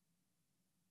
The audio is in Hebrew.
בעד יבגני סובה,